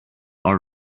are